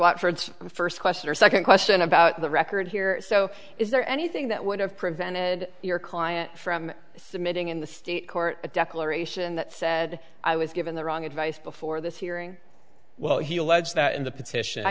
watt for its first question or second question about the record here so is there anything that would have prevented your client from submitting in the state court a declaration that said i was given the wrong advice before this hearing well he alleged that in the petition i